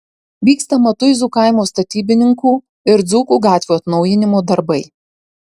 vyksta matuizų kaimo statybininkų ir dzūkų gatvių atnaujinimo darbai